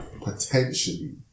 potentially